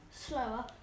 slower